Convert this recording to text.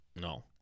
No